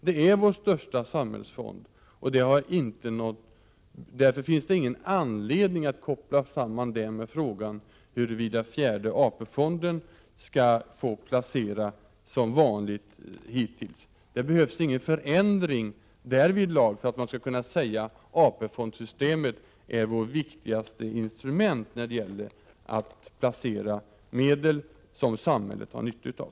De är våra största samhällsfonder. Därför finns det ingen anledning att koppla dem samman med frågan huruvida fjärde AP-fonden skall få placera som hittills. Det behövs ingen förändring därvidlag för att man skall kunna säga att AP-fondsystemet är vårt viktigaste instrument när det gäller att placera medel som samhället har nytta av.